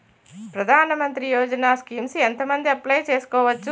ప్రధాన మంత్రి యోజన స్కీమ్స్ ఎంత మంది అప్లయ్ చేసుకోవచ్చు?